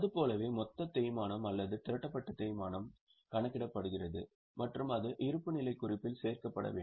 அது போலவே மொத்த தேய்மானம் அல்லது திரட்டப்பட்ட தேய்மானம் கணக்கிடப்படுகிறது மற்றும் அது இருப்புநிலைக் குறிப்பில் சேர்க்கப்பட வேண்டும்